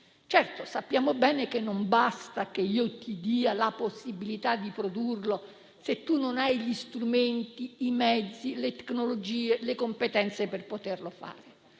Certo, sappiamo bene che non basta che io dia la possibilità di produrlo se un Paese non ha gli strumenti, i mezzi, le tecnologie e le competenze per poterlo fare,